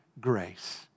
grace